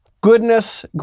Goodness